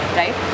right